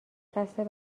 قصد